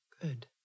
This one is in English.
Good